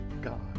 God